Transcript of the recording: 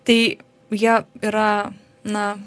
tai jie yra na